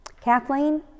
Kathleen